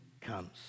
comes